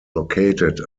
located